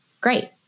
Great